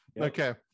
Okay